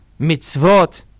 Mitzvot